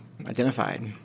identified